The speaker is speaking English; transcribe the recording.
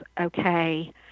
okay